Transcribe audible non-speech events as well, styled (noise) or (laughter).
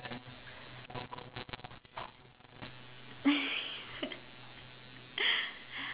(laughs)